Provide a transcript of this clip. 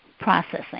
processing